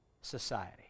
society